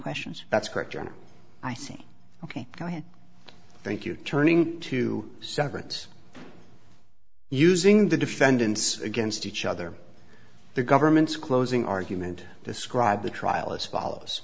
questions that's correct your honor i see ok go ahead thank you turning to severance using the defendants against each other the government's closing argument described the trial as follows